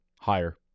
higher